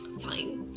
fine